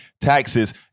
taxes